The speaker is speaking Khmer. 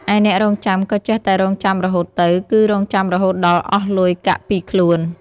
ឯអ្នករង់ចាំក៏ចេះតែរង់ចាំរហូតទៅ គឺរង់ចាំរហូតដល់អស់លុយកាក់ពីខ្លួន ។